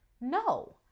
No